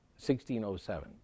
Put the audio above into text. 1607